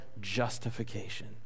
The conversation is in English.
justification